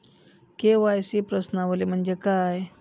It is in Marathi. के.वाय.सी प्रश्नावली म्हणजे काय?